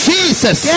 Jesus